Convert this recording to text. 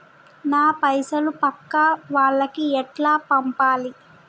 నా పైసలు పక్కా వాళ్లకి ఎట్లా పంపాలి?